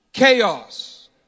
Chaos